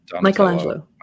Michelangelo